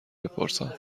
بپرسم